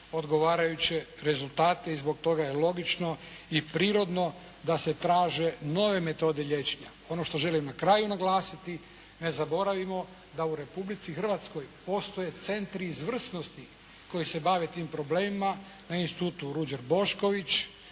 odgovarajuće rezultate i zbog toga je logično i prirodno da se traže nove metode liječenja. Ono što želim na kraju naglasiti, ne zaboravimo da u Republici Hrvatskoj postoje centri izvrsnosti koji se bave tim problemima na Institutu "Ruđer Bošković",